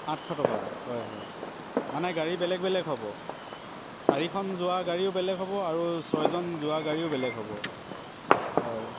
আঠশ টকা হয় হয় মানে গাড়ী বেলেগ বেলেগ হ'ব চাৰিখন যোৱা গাড়ীও বেলেগ হ'ব আৰু ছজন যোৱা গাড়ীও বেলেগ হ'ব হয়